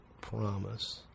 promise